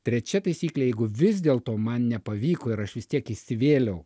trečia taisyklė jeigu vis dėlto man nepavyko ir aš vis tiek įsivėliau